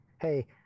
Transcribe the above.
Hey